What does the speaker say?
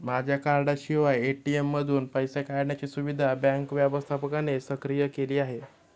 माझ्या कार्डाशिवाय ए.टी.एम मधून पैसे काढण्याची सुविधा बँक व्यवस्थापकाने सक्रिय केली आहे